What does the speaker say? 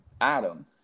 Adam